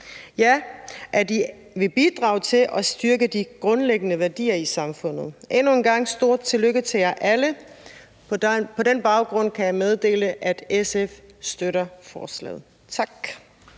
ja, at I vil bidrage til at styrke de grundlæggende værdier i samfundet. Endnu en gang stort tillykke til jer alle. På den baggrund kan jeg meddele, at SF støtter forslaget. Tak.